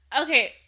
okay